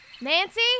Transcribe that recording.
Nancy